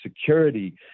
security